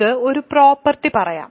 നമുക്ക് ഒരു പ്രോപ്പർട്ടി പറയാം